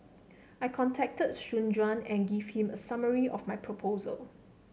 I contacted Soon Juan and gave him a summary of my proposal